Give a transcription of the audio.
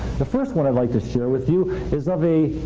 the first one i'd like to share with you is of a